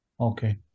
Okay